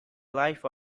life